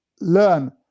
learn